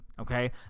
okay